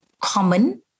common